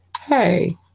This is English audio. Hey